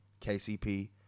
KCP